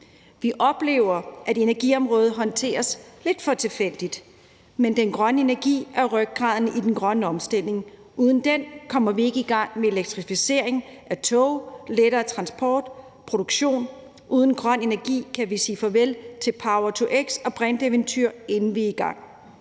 Vi oplever, at energiområdet håndteres lidt for tilfældigt, men den grønne energi er rygraden i den grønne omstilling; uden den kommer vi ikke i gang med elektrificering af tog, lettere transport og produktion, og uden grøn energi kan vi sige farvel til power-to-x- og brinteventyr, inden vi er kommet